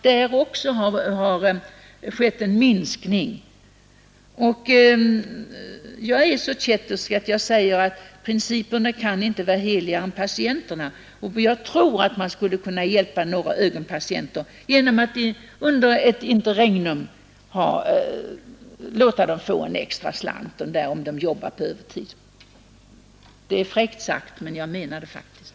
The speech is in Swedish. Där har skett en faktisk minskning. Principerna kan inte vara heligare än patienterna, man skulle kunna hjälpa några ögonpatienter genom att under ett interregnum låta sjukhusläkarna få extra inkomster för jobb på övertid. Det är fräckt men jag menar det faktiskt.